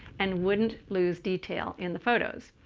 and wouldn't lose detail in the photos.